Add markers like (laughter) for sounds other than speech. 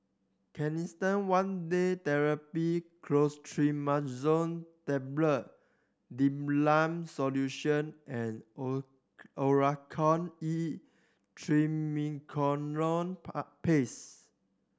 Canesten One Day Therapy Clotrimazole Tablet Difflam Solution and O Oracort E Triamcinolone (unintelligible) Paste